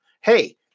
Hey